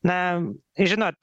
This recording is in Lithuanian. na žinot